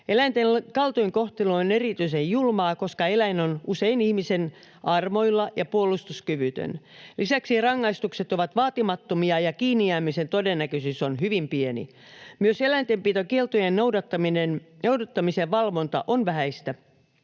Eläinten kaltoinkohtelu on erityisen julmaa, koska eläin on usein ihmisen armoilla ja puolustuskyvytön. Lisäksi rangaistukset ovat vaatimattomia ja kiinnijäämisen todennäköisyys on hyvin pieni. Myös eläintenpitokieltojen noudattamisen valvonta on vähäistä.